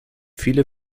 viele